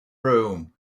room